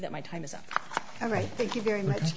that my time is up all right thank you very much